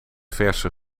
verse